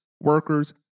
workers